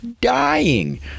Dying